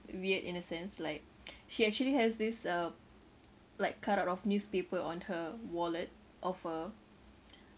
weird in a sense like she actually has this uh like cutout of newspaper on her wallet of a